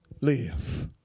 live